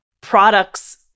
products